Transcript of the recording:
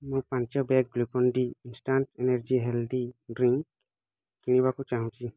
ମୁଁ ପାଞ୍ଚ bag Glucon D instant energy healthy drink କିଣିବାକୁ ଚାହୁଁଛି